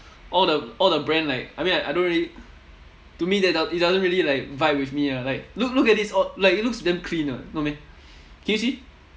all the all the brand like I mean I don't really to me that doesn't it doesn't really like vibe with me ah like look look at this all like it looks damn clean [what] no meh can you see